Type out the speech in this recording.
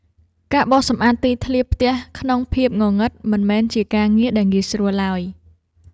ការបោសសម្អាតទីធ្លាផ្ទះក្នុងភាពងងឹត មិនមែនជាការងារដែលងាយស្រួលឡើយ។